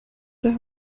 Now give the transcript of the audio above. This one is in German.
der